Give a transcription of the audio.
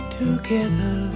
together